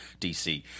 DC